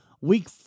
week